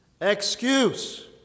Excuse